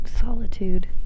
solitude